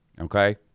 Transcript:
okay